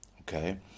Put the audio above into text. okay